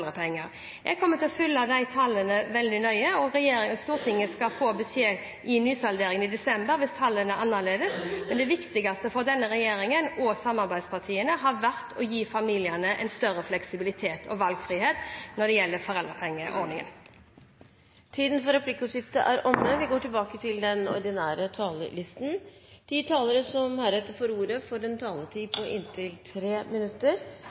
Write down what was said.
Jeg kommer til å følge de tallene veldig nøye, og Stortinget skal få beskjed i nysalderingen i desember hvis tallene er annerledes. Men det viktigste for denne regjeringen og samarbeidspartiene har vært å gi familiene en større fleksibilitet og valgfrihet når det gjelder foreldrepengeordningen. Replikkordskiftet er omme. De talere som heretter får ordet, har en taletid på inntil 3 minutter.